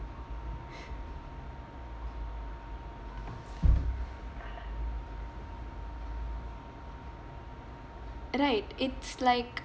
right it's like